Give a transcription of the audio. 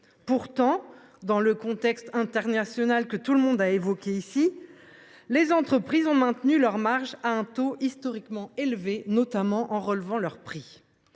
Pourtant, dans le contexte international que tous les orateurs précédents ont évoqué, les entreprises ont maintenu leurs marges à un taux historiquement élevé, notamment en relevant leurs prix.